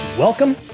Welcome